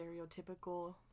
stereotypical